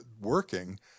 working